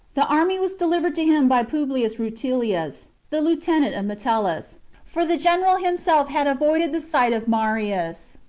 the army was delivered to him by publius rutilius, the lieutenant of metellus for the general himself had avoided the sight of marius,